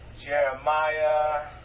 Jeremiah